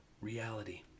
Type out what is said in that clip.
reality